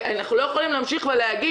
אנחנו לא יכולים להמשיך ולהגיד,